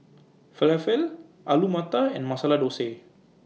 Falafel Alu Matar and Masala Dosa